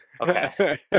Okay